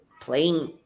playing